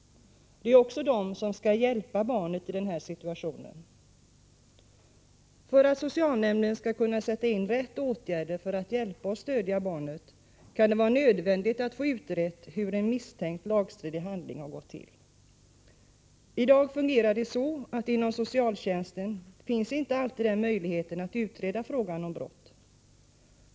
Det är också dessa som skall hjälpa barnet i en sådan situation. För att socialnämnden skall kunna sätta in de rätta åtgärderna för att hjälpa och stödja barnet, kan det vara nödvändigt att få utrett hur en misstänkt lagstridig handling har gått till. I dag finns det inte alltid inom socialtjänsten möjlighet att utreda frågan om brott.